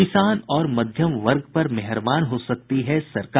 किसान और मध्यम वर्ग पर मेहरबान हो सकती है सरकार